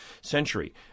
century